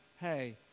hey